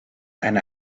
eine